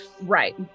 Right